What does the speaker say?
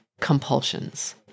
compulsions